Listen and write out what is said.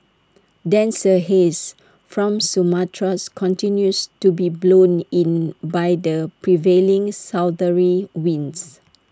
denser haze from Sumatra continues to be blown in by the prevailing southerly winds